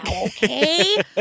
okay